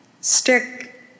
Stick